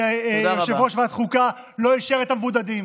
שדיבר על כך שיושב-ראש ועדת חוקה לא אישר את המבודדים.